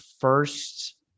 first